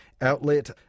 outlet